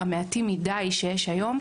המעטים מדי שיש היום,